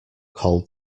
cold